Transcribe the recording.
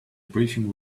briefing